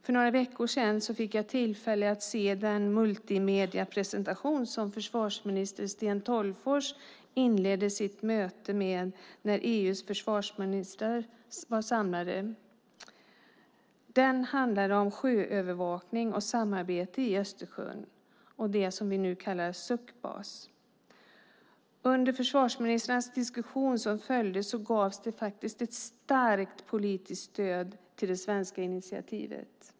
För några veckor sedan fick jag tillfälle att se den multimediepresentation som försvarsminister Sten Tolgfors inledde mötet med när EU:s försvarsministrar var samlade. Den handlade om sjöövervakning och samarbete i Östersjön, det som vi nu kallar Sucbas. Under försvarsministrarnas efterföljande diskussion gavs det faktiskt ett starkt politiskt stöd till det svenska initiativet.